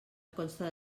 consta